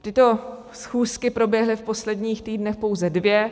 Tyto schůzky proběhly v posledních týdnech pouze dvě.